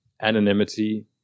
anonymity